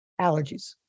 allergies